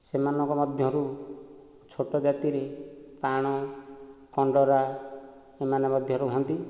ସେମାନଙ୍କ ମଧ୍ୟରୁ ଛୋଟ ଜାତିରେ ପାଣ କଣ୍ଡରା ଏମାନେ ମଧ୍ୟ ରୁହନ୍ତି